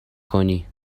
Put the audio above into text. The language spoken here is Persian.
کنی